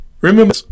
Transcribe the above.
Remember